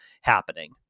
happening